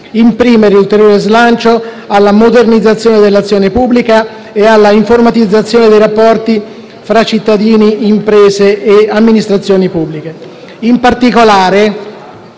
imprimere ulteriore slancio alla modernizzazione dell'azione pubblica e alla informatizzazione dei rapporti tra cittadini, imprese e amministrazioni pubbliche. In particolare,